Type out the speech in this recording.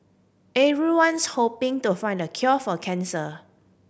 everyone's hoping to find the cure for cancer